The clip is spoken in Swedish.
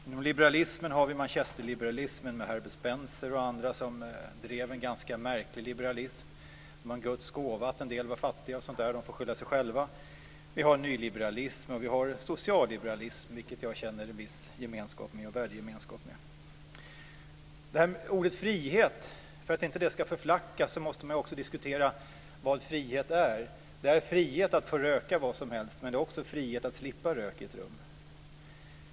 Inom liberalismen har vi manchesterliberalismen med Herbert Spencer och andra som drev en ganska märklig liberalism - det var en Guds gåva att en del var fattiga osv.; de får skylla sig själva. Sedan har vi nyliberalismen. Vi har också socialliberlismen, som jag känner en viss värdegemenskap med. För att inte ordet frihet ska förflackas måste man också diskutera vad frihet är. Det är frihet att få röka vad som helst men det är också frihet att slippa rök i ett rum.